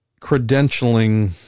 credentialing